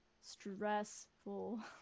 stressful